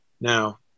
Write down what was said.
Now